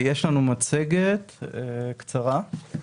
יש לנו מצגת קצרה.